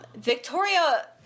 Victoria